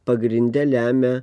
pagrinde lemia